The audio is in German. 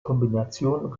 kombination